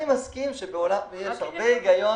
אני מסכים לזה שיש הרבה היגיון